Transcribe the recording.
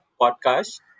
podcast